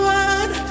one